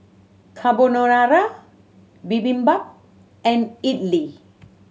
Carbonara Bibimbap and Idili